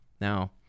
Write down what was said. Now